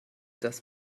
dass